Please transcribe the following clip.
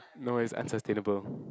no it's unsustainable